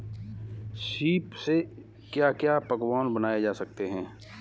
सीप से क्या क्या पकवान बनाए जा सकते हैं?